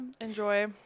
enjoy